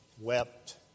wept